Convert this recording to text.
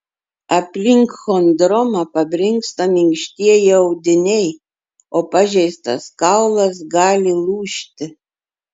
aplink chondromą pabrinksta minkštieji audiniai o pažeistas kaulas gali lūžti